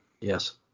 Yes